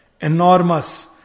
Enormous